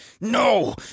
no